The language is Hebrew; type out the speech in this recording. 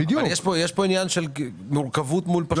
אבל יש פה עניין של מורכבות מול פשטות.